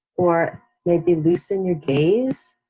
or maybe loosen your gaze,